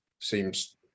seems